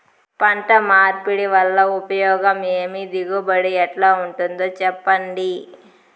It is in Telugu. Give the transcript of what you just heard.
పంట మార్పిడి వల్ల ఉపయోగం ఏమి దిగుబడి ఎట్లా ఉంటుందో చెప్పండి?